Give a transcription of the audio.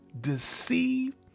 deceive